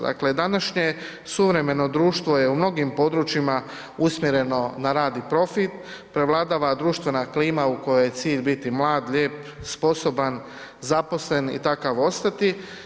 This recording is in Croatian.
Dakle, današnje suvremeno društvo je u mnogim područjima usmjereno na rad i profit, prevladava društvena klima u kojoj je cilj biti mlad, ljep, sposoban, zaposlen i takav ostati.